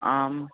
आम्